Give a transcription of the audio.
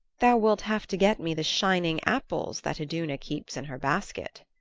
thou wilt have to get me the shining apples that iduna keeps in her basket.